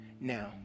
now